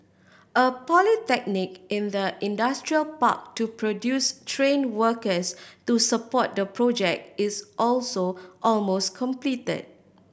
a polytechnic in the industrial park to produce trained workers to support the project is also almost completed